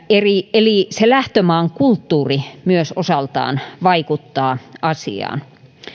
eli lähtömaan kulttuuri myös osaltaan vaikuttaa asiaan